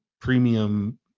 premium